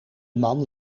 man